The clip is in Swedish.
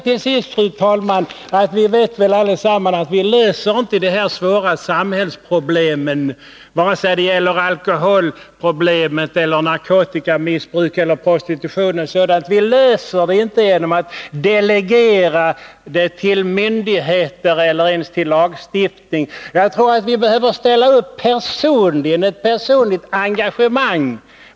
Till sist, fru talman, vet vi väl allesammans att vi inte löser de svåra samhällsproblemen — vare sig alkoholproblemet eller narkotikamissbruket eller prostitutionen — genom delegering till myndigheter eller ens genom lagstiftning. Jag tror att vi behöver ställa upp med ett personligt engagemang.